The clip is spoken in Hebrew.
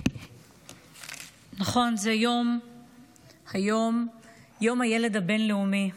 נכון, היום יום הילד הבין-לאומי,